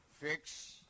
fix